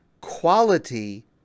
quality